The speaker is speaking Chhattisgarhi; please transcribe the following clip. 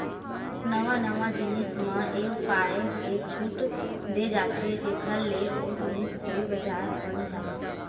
नवा नवा जिनिस म ए पाय के छूट देय जाथे जेखर ले ओ जिनिस के बजार बन जाय